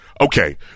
Okay